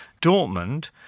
Dortmund